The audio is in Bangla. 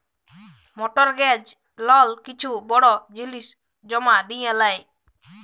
মর্টগেজ লল কিছু বড় জিলিস জমা দিঁয়ে লেই